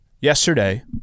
Yesterday